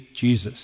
Jesus